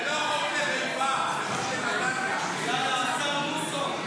זה לא חוק --- יאללה, השר בוסו.